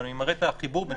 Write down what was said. אני מראה את החיבור ביניהם.